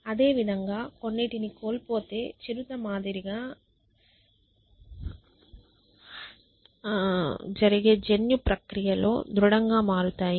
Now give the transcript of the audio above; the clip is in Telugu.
అదేవిధంగా కొన్నింటిని కోల్పోతే చిరుత మాదిరిగా దానిలో జరిగే జన్యు ప్రక్రియలో దృఢంగా మారతాము